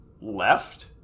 left